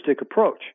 approach